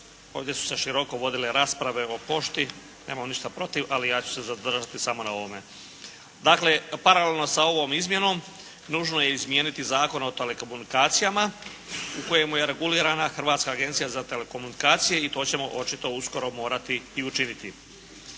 Ovdje su se široko vodile rasprave o pošti. Nemam ništa protiv, ali ja ću se zadržati samo na ovome. Dakle, paralelno sa ovom izmjenom nužno je izmijeniti Zakon o telekomunikacijama u kojem je regulirana Hrvatska agencija za telekomunikacije i to ćemo očito uskoro morati i učiniti.